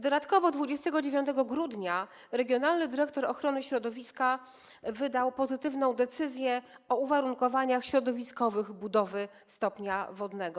Dodatkowo 29 grudnia regionalny dyrektor ochrony środowiska wydał pozytywną decyzję o uwarunkowaniach środowiskowych budowy stopnia wodnego.